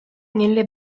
nelle